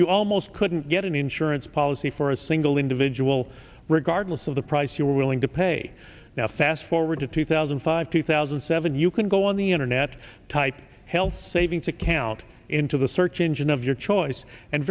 you almost couldn't get an insurance policy for a single individual regardless of the price you're willing to pay now fast forward to two thousand and five two thousand and seven you can go on the internet type health savings account into the search engine of your choice and